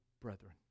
brethren